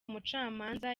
umucamanza